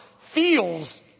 feels